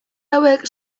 hauek